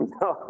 no